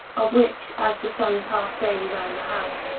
of which, as the sun passed daily round the house,